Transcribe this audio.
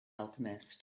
alchemist